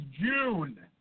June